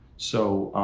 so,